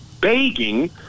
begging